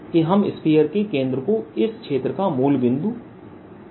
कि हम स्फीयर के केंद्र को इस क्षेत्र का मूलबिंदु है